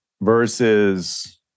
versus